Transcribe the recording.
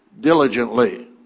diligently